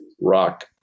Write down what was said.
rock